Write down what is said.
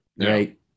Right